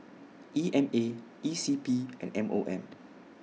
E M A E C P and M O M